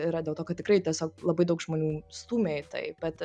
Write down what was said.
yra dėl to kad tikrai tiesiog labai daug žmonių stūmė į tai bet